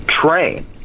train